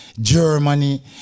Germany